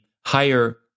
higher